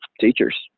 teachers